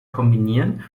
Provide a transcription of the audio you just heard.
kombinieren